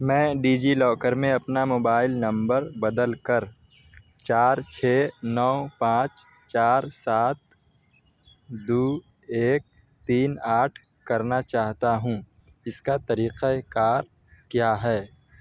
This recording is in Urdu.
میں ڈیجی لاکر میں اپنا موبائل نمبر بدل کر چار چھ نو پانچ چار سات دو ایک تین آٹھ کرنا چاہتا ہوں اس کا طریقۂ کار کیا ہے